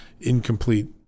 incomplete